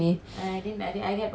soft drink ah